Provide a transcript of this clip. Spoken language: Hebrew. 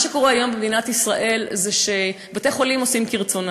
מה שקורה היום במדינת ישראל זה שבתי-חולים עושים כרצונם.